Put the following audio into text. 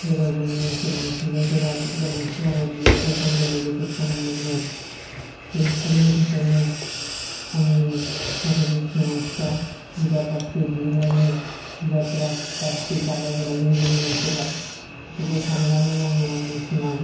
जेराव जोंनि ओनसोलनि सुबुंफोरा गोनांथि जानाय बिजाबखौ समजों लोगोसे सम मोनो बेफोरनि थाखायनो आंनि माखासे सिमांफ्रा बिजाब बाख्रि दिहुन्नायनि बिजाब बाख्रि बानायनायनि जोंनि ओनसोलाव बेफोरखौ सान्नानै आङो आंनि सिमां